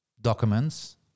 documents